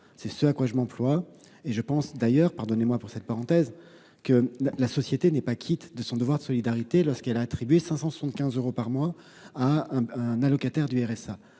le retour à l'emploi. D'ailleurs- pardonnez-moi pour cette parenthèse -, je pense que la société n'est pas quitte de son devoir de solidarité lorsqu'elle a attribué 575 euros par mois à un allocataire du RSA